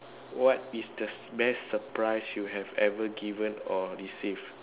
what is the best surprise you have even given or received